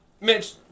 Mitch